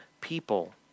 people